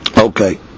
Okay